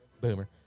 Boomer